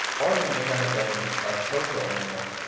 or he may not have been a social animal,